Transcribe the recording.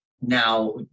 Now